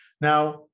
Now